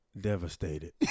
Devastated